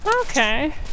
okay